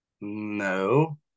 No